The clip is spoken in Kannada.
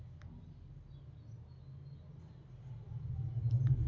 ಇತ್ತಿತ್ತಲಾಗ ಡ್ರ್ಯಾಗನ್ ಹಣ್ಣಿನ ಬಗ್ಗೆ ಹೆಚ್ಚು ಮಾತಾಡಾಕತ್ತಾರ